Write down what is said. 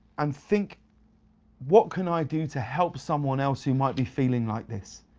and think what can i do to help someone else who might be feeling like. this